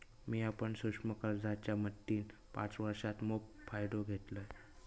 मिया पण सूक्ष्म कर्जाच्या मदतीन पाच वर्षांत मोप फायदो घेतलंय